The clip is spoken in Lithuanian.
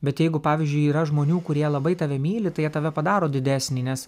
bet jeigu pavyzdžiui yra žmonių kurie labai tave myli tai jie tave padaro didesnį nes